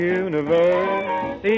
universe